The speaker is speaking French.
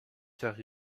car